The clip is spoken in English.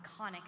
iconic